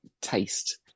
taste